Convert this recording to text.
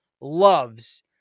loves